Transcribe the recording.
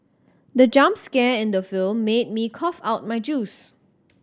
the jump scare in the film made me cough out my juice